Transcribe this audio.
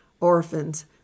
orphans